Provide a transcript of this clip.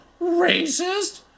racist